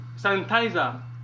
sanitizer